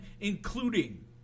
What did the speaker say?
including